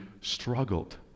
struggled